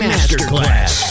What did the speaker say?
Masterclass